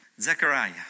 Zechariah